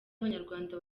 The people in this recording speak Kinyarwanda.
abanyarwanda